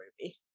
movie